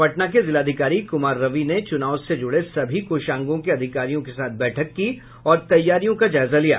पटना के जिलाधिकारी कुमार रवि ने चुनाव से जुड़े सभी कोषांगों के अधिकारियों के साथ बैठक की और तैयारियों का जायजा लिया